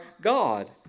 God